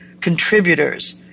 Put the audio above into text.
contributors